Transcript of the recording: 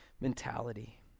mentality